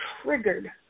triggered